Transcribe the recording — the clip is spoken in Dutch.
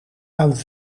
aan